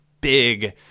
big